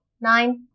nine